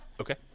Okay